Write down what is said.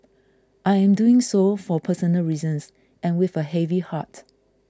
I am doing so for personal reasons and with a heavy heart